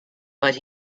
but